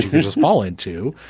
you just fall into.